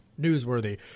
newsworthy